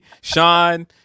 Sean